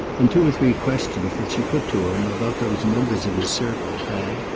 and two or three questions that she put to him about those members of his circle had,